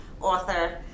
author